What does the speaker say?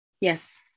Yes